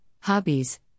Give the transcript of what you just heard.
hobbies